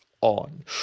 on